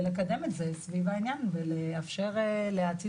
לקדם את זה סביב העניין ולאפשר להאציל